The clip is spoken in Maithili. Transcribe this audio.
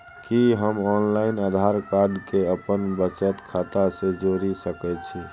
कि हम ऑनलाइन आधार कार्ड के अपन बचत खाता से जोरि सकै छी?